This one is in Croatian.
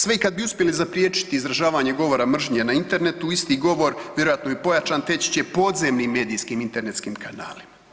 Sve kad bi i uspjeli zapriječiti izražavanje govora mržnje na internetu isti govor vjerojatno i pojačan teći će podzemnim medijskim internetskim kanalima.